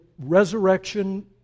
resurrection